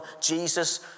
Jesus